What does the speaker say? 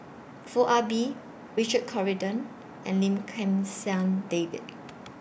Foo Ah Bee Richard Corridon and Lim Kim San David